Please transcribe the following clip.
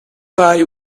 pie